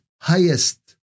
highest